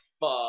fuck